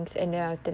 oh